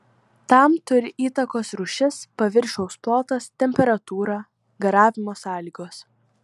tam turi įtakos rūšis paviršiaus plotas temperatūra garavimo sąlygos